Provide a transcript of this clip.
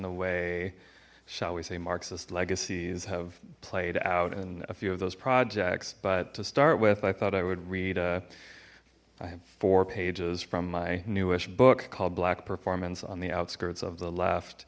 the way shall we say marxist legacies have played out and a few of those projects but to start with i thought i would read a four pages from my newest book called black performance on the outskirts of the left